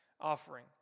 offering